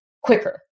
quicker